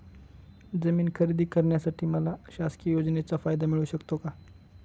जमीन खरेदी करण्यासाठी मला शासकीय योजनेचा फायदा मिळू शकतो का?